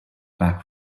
back